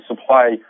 supply